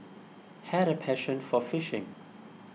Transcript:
had a passion for fishing